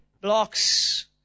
blocks